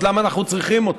אז למה אנחנו צריכים אותו?